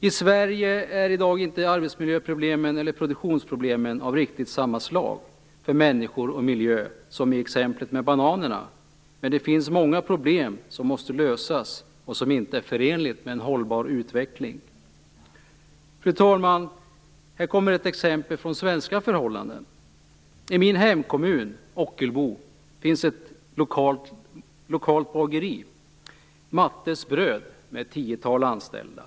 I Sverige är i dag inte arbetsmiljöproblemen eller produktionsproblemen av riktigt samma slag för människor och miljö som i exemplet med bananerna. Men det finns många problem som måste lösas och som inte är förenliga med en hållbar utveckling. Fru talman! Här kommer ett exempel från svenska förhållanden. I min hemkommun Ockelbo finns ett lokalt bageri, Mattes bröd, med ett tiotal anställda.